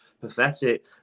pathetic